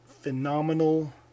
phenomenal